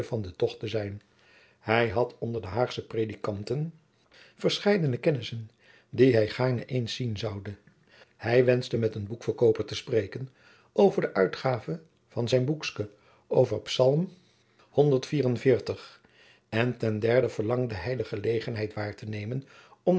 van den tocht te zijn hij had onder de haagsche predikanten verscheidene kennissen die hij gaarne eens zien zoude hij wenschte met een boekverkooper te spreken over de uitgave van zijn boekske over psalm cxliv en ten derde verlangde hij de gelegenheid waar te nemen om